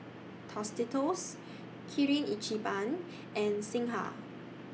Tostitos Kirin Ichiban and Singha